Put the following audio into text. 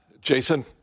Jason